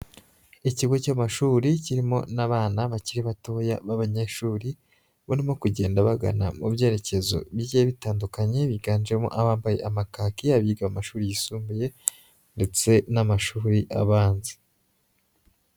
Ikigo cy'amashuri kirimo n'abana bakiri batoya b'abanyeshuri barimo kugenda bagana mu byerekezo bigiye bitandukanye biganjemo abambaye amakaki, abiga mu mashuri yisumbuye ndetse n'amashuri abanza.